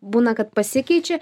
būna kad pasikeičia